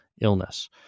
illness